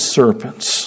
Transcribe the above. serpents